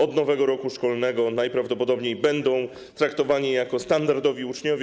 Od nowego roku szkolnego najprawdopodobniej będą traktowane jako standardowi uczniowie.